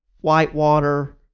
Whitewater